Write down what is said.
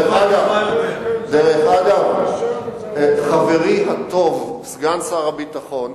דרך אגב, חברי הטוב סגן שר הביטחון,